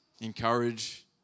Encourage